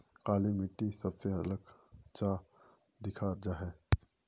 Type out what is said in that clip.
काली मिट्टी सबसे अलग चाँ दिखा जाहा जाहा?